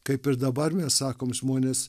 kaip ir dabar mes sakom žmonės